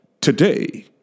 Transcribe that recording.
Today